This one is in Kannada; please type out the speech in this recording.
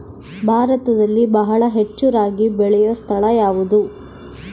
ಭಾರತದಲ್ಲಿ ಬಹಳ ಹೆಚ್ಚು ರಾಗಿ ಬೆಳೆಯೋ ಸ್ಥಳ ಯಾವುದು?